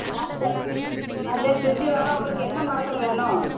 ஆ சரி செஞ்சுத் தாறோம் உங்களுக்கு என்ன மரத்தில் வேணும்